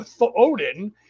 Odin